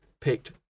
picked